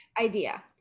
idea